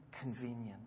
convenient